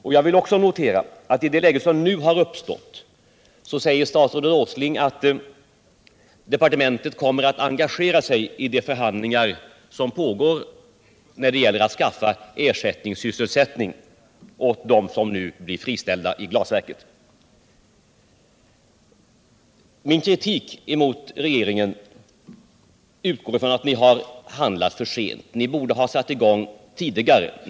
Jag vill också notera att i det läge som nu har uppstått säger statsrådet Åsling att departementet kommer att engagera sig i de förhandlingar som pågår för att skaffa ersättningssysselsättning åt dem som blivit friställda vid glasverket. Men jag kritiserar regeringen för att den har handlat för sent. Ni borde ha satt i gång tidigare.